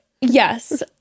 yes